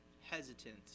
hesitant